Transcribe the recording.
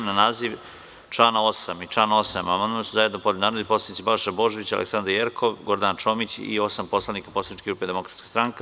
Na naziv člana 8. i član 8. amandman su zajedno podneli narodni poslanici Balša Božović, Aleksandra Jerkov, Gordana Čomić i osam poslanika poslaničke grupe Demokratska stranka.